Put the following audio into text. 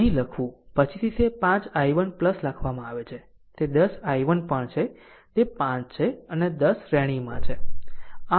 અહીં લખવું પછીથી તે 5 i1 લખવામાં આવે છે તે 10 i1 પણ છે તે 5 છે અને 10 શ્રેણીમાં છે